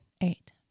eight